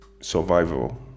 survival